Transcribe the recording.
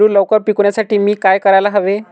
पेरू लवकर पिकवण्यासाठी मी काय करायला हवे?